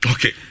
Okay